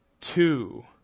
two